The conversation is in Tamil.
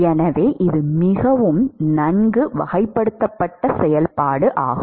எனவே இது மிகவும் நன்கு வகைப்படுத்தப்பட்ட செயல்பாடு ஆகும்